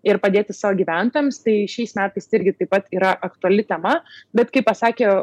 ir padėti savo gyventojams tai šiais metais irgi taip pat yra aktuali tema bet kaip pasakė